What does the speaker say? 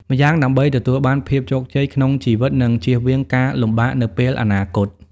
ម្យ៉ាងដើម្បីទទួលបានភាពជោគជ័យក្នុងជីវិតនិងជៀសវាងការលំបាកនៅពេលអនាគត។